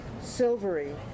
silvery